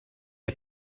est